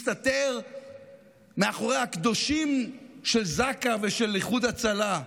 מסתתר מאחורי הקדושים של זק"א ושל איחוד הצלה?